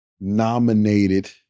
nominated